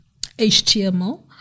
HTML